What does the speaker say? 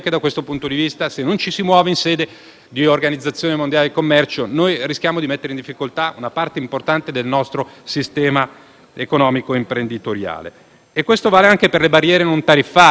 di Organizzazione mondiale del commercio, rischiamo di mettere in difficoltà una parte importante del nostro sistema economico e imprenditoriale. Questo vale anche per le barriere non tariffarie: molto spesso noi sottovalutiamo cosa